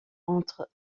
entre